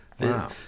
Wow